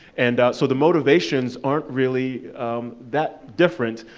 and so the motivations aren't really that different.